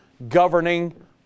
governing